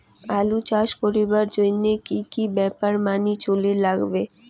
আলু চাষ করিবার জইন্যে কি কি ব্যাপার মানি চলির লাগবে?